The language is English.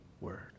word